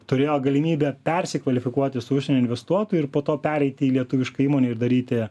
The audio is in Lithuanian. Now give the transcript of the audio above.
turėjo galimybę persikvalifikuoti su užsienio investuotoju ir po to pereiti į lietuvišką įmonę ir daryti